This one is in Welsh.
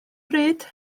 pryd